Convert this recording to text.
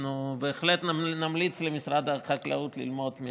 אנחנו בהחלט נמליץ למשרד החקלאות ללמוד.